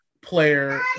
Player